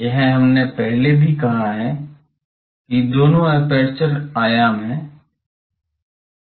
यह हमने पहले भी कहा है कि दोनों एपर्चर आयाम हैं